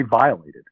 violated